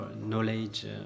knowledge